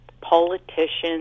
politicians